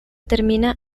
termina